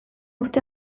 urte